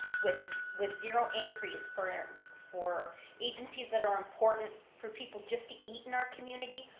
with with zero increase for for agencies that are important for people just to eat in our community,